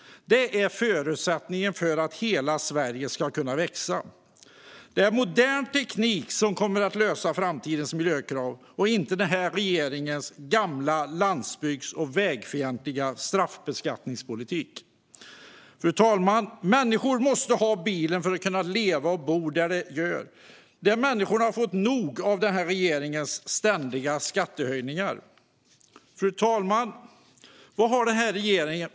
Det är förutsättningen för att hela Sverige ska kunna växa. Det är modern teknik som kommer att lösa framtidens miljökrav och inte denna regerings gamla landsbygds och vägfientliga straffbeskattningspolitik. Fru talman! Människor som måste ha bilen för att kunna leva och bo där de är har fått nog av regeringens ständiga skattehöjningar. Fru talman!